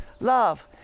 love